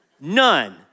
none